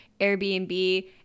Airbnb